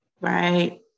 Right